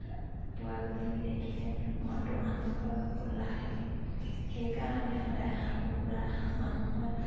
পুৱা গধূলি দেখিলে মনটো আনন্দ উল্লাস লাগে সেইকাৰণে সদায় হাঁহ কুকুৰা মানুহৰ